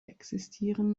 existieren